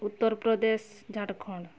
Uttar Pradesh Jharkhand